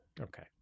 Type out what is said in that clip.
Okay